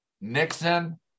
Nixon